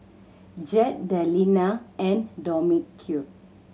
Jett Delina and Dominque